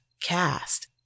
cast